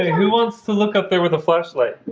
who wants to look up there with a flashlight